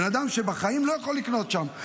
בן אדם בחיים לא יכול לקנות שם.